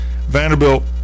Vanderbilt